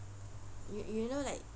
you you know like